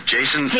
Jason